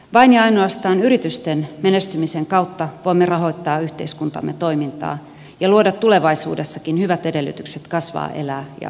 vain ja ainoastaan yritysten menestymisen kautta voimme rahoittaa yhteiskuntamme toimintaa ja luoda tulevaisuudessakin hyvät edellytykset kasvaa elää ja asua suomessa